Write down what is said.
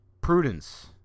Prudence